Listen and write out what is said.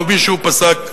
או מי שהוא פסק,